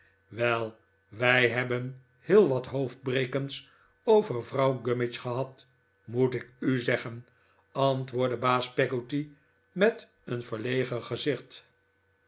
wel wij hebben heel wat hoofdbrekens over vrouw gummidge gehad moet ik u zeggen antwoordde baas peggotty met een verlegen gezicht